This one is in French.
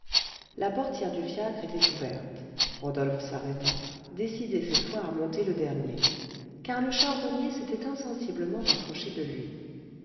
la portière du fiacre était ouverte rodolphe s'arrêta décidé cette fois à monter le dernier car le charbonnier s'était insensiblement rapproché de lui